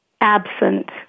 absent